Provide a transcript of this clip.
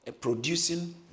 Producing